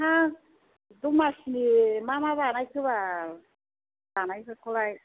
नोंहा दमासिनि मा मा बानायखोबाल जानायफोरखौलाय